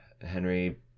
Henry